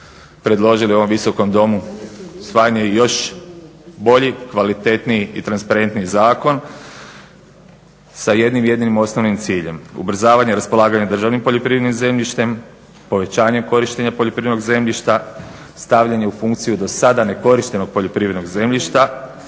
predložili ovom visokom Domu usvajanje još boljih, kvalitetnijih i transparentniji zakon sa jednim jedinim osnovnim ciljem ubrzavanje, raspolaganjem državnim poljoprivrednim zemljištem, povećanje korištenja poljoprivrednog zemljišta, stavljanje u funkciju do sada ne korištenog poljoprivrednog zemljišta,